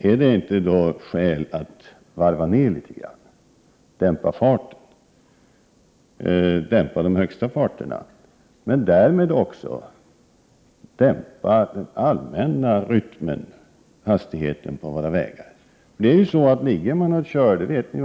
Är det inte då skäl att varva ned litet och dämpa farten, dämpa de högsta farterna? Därmed dämpar man också den allmänna rytmen och hastigheten på våra vägar.